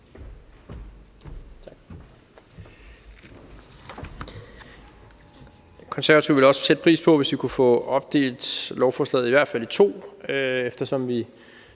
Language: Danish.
Konservative vil også sætte pris på det, hvis vi kunne få opdelt lovforslaget i i hvert fald to dele, for